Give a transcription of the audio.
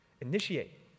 Initiate